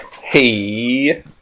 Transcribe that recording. Hey